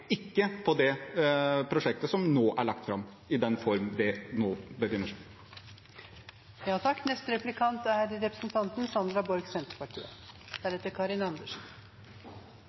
prosjektet som nå er lagt fram, i den form det nå befinner seg. Nå blir det også temaskifte, men det er